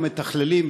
המתכללים,